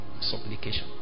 supplication